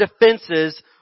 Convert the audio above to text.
defenses